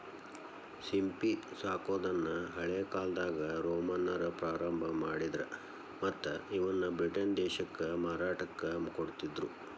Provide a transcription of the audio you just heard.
ಸಿಂಪಿ ಸಾಕೋದನ್ನ ಹಳೇಕಾಲ್ದಾಗ ರೋಮನ್ನರ ಪ್ರಾರಂಭ ಮಾಡಿದ್ರ ಮತ್ತ್ ಇವನ್ನ ಬ್ರಿಟನ್ ದೇಶಕ್ಕ ಮಾರಾಟಕ್ಕ ಕೊಡ್ತಿದ್ರು